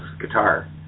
guitar